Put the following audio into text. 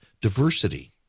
diversity